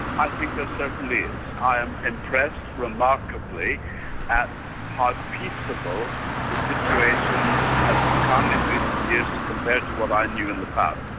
i think there certainly is. i am impressed remarkably at how peaceable the situation has become in recent years compared to what i knew in the past.